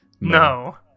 No